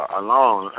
alone